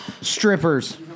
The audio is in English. strippers